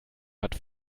hat